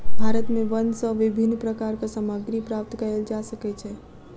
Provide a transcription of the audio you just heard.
भारत में वन सॅ विभिन्न प्रकारक सामग्री प्राप्त कयल जा सकै छै